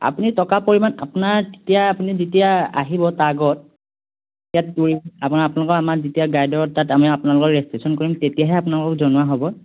আপুনি টকা পৰিমাণ আপোনাৰ তেতিয়া আপুনি যেতিয়া আহিব তাৰ আগত তেতিয়া টুৰিষ্ট আপোনাৰ আপোনালোকৰ আমাৰ যেতিয়া গাইডৰ তাত আমি আপোনালোকৰ ৰেজিষ্ট্ৰেশ্যন কৰিম তেতিয়াহে আপোনালোকক জনোৱা হ'ব